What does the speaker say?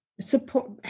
support